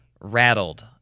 rattled